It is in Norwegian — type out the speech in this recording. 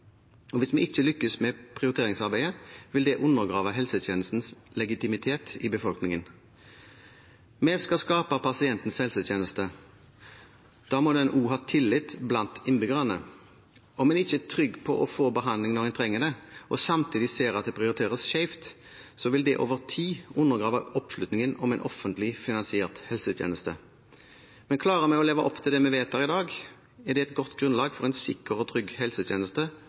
penger. Hvis vi ikke lykkes med prioriteringsarbeidet, vil det undergrave helsetjenestens legitimitet i befolkningen. Vi skal skape pasientens helsetjeneste. Da må den også ha tillit blant innbyggerne. Om man ikke er trygg på å få behandling når man trenger det, og man samtidig ser at det prioriteres skjevt, vil det over tid undergrave oppslutningen om en offentlig finansiert helsetjeneste. Men klarer vi å leve opp til det vi vedtar i dag, er det et godt grunnlag for en sikker og trygg helsetjeneste